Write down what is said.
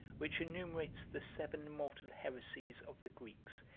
which enumerates the seven mortal heresies of the greeks,